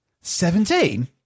seventeen